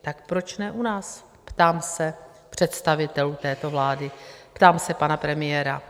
Tak proč ne u nás? ptám se představitelů této vlády, ptám se pana premiéra.